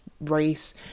race